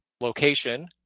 location